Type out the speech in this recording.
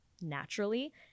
naturally